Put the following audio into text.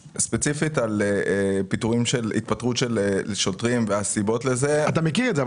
ספציפית לגבי התפטרות של שוטרים והסיבות לכך --- אבל אתה מכיר את זה.